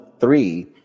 three